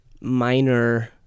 minor